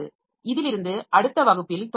இதிலிருந்து அடுத்த வகுப்பில் தொடருவோம்